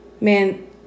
Man